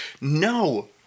No